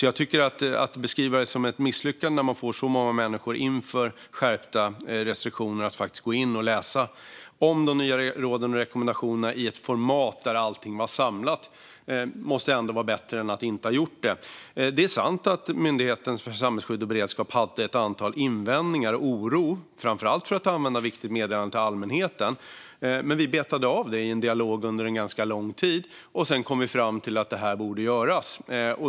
Jag tycker inte att det ska beskrivas som ett misslyckande när man får så många människor att inför skärpta restriktioner faktiskt gå in och läsa om de nya råden och rekommendationerna i ett format där allting är samlat. Det måste ändå vara bättre än att de inte hade gjort det. Det är sant att Myndigheten för samhällsskydd och beredskap hade ett antal invändningar och en oro, framför allt för att använda Viktigt meddelande till allmänheten. Men vi betade av det i en dialog som pågick under en ganska lång tid. Sedan kom vi fram till att detta borde göras.